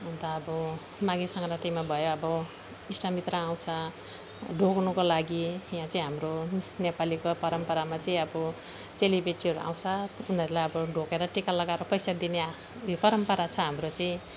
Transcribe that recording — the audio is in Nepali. हुनु त अब माघे सङ्क्रान्तिमा भयो आब इष्टमित्र आउँछ ढोग्नुको लागि यहाँ चाहिँ हाम्रो नेपालीको परम्परामा चाहिँ अब चेलीबेटीहरू आउँछ उनाहरूलाई अब ढोगेर टिका लगाएर पैसा दिने यो परम्परा छ हाम्रो चाहिँ